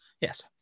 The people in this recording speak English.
Yes